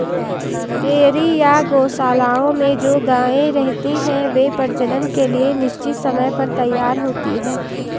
dairy या गोशालाओं में जो गायें रहती हैं, वे प्रजनन के लिए निश्चित समय पर तैयार होती हैं